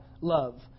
love